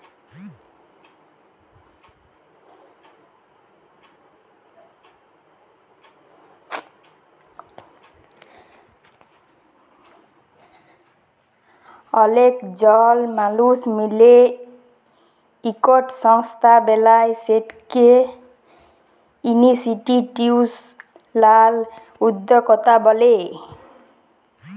অলেক জল মালুস মিলে ইকট সংস্থা বেলায় সেটকে ইনিসটিটিউসলাল উদ্যকতা ব্যলে